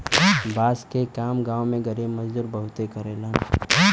बांस के काम गांव में गरीब मजदूर बहुते करेलन